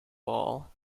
ball